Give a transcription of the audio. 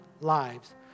lives